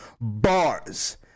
Bars